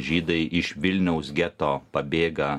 žydai iš vilniaus geto pabėga